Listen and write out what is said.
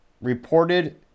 Reported